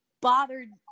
bothered